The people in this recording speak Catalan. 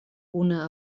una